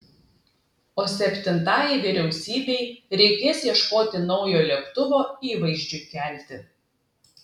o septintajai vyriausybei reikės ieškoti naujo lėktuvo įvaizdžiui kelti